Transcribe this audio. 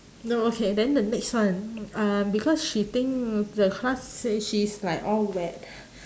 no okay then the next one uh because she think the class say she is like all wet